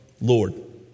Lord